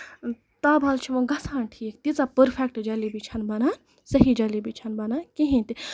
تابہٕ حال چھُ ووٚں گژھان ٹھیٖک تیٖژاہ پٔرفیکٹ جلیبی چھےٚ نہٕ بَنان صحیٖح جلیبی چھےٚ نہٕ بَنان کِہینۍ تہِ